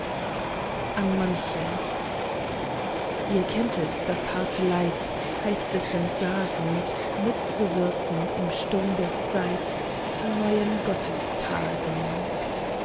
ihr kennt es das harte leid heißt es entsagen mitzuwirken im sturm der zeit zu neuem